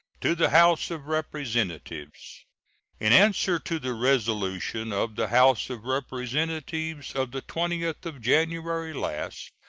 to the house of representatives in answer to the resolution of the house of representatives of the twentieth of january last,